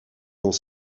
dans